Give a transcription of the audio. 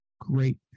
great